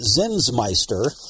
Zinsmeister